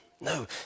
No